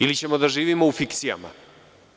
Ili ćemo da živimo u fikcijama?